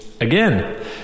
again